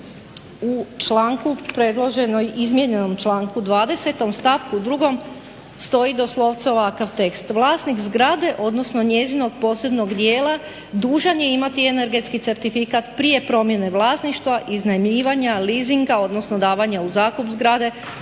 u članku, izmijenjenom članku 20. Stavku 2. stoji doslovce ovakav tekst: "Vlasnik zgrade odnosno njezinog posebnog dijela dužan je imati energetski certifikat prije promjene vlasništva, iznajmljivanja, lizinga, odnosno davanja u zakup zgrade,